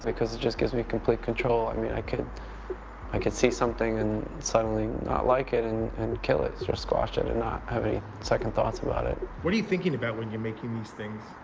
because it just gives me complete control. i mean i could i could see something and suddenly not like it and and kill it, or squash it, and not have any second thoughts about it. what are you thinking about when you're making these things?